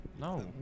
No